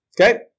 Okay